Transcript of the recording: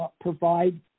provide